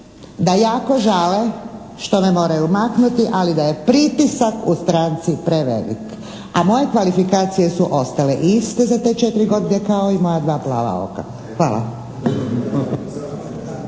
da jako žale što me moraju maknuti ali da je pritisak u stranci prevelik. A moje kvalifikacije su ostale iste za te četiri godine kao i moja dva plava oka. Hvala.